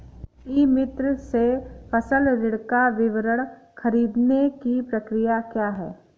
ई मित्र से फसल ऋण का विवरण ख़रीदने की प्रक्रिया क्या है?